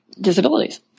Disabilities